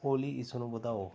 ਓਲੀ ਇਸ ਨੂੰ ਵਧਾਓ